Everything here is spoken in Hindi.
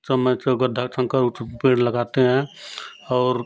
समय से वो गड्ढा खनकर उसमें पेड़ लगाते हैं और